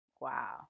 Wow